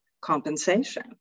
compensation